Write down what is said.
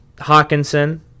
Hawkinson